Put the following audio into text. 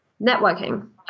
Networking